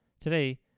Today